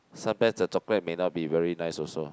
some brands of chocolates may not be very nice also